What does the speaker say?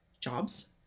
jobs